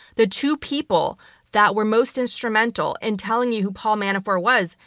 the two people that were most instrumental in telling you who paul manafort was,